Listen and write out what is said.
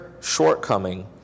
shortcoming